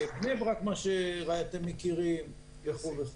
בני ברק מה שאתם מכירים, וכו'.